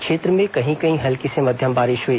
क्षेत्र में कहीं कहीं हल्की से मध्यम बारिश हुई